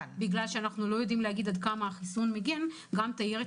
בגלל שאנחנו לא יודעים להגיד עד כמה החיסון מגן גם תיירת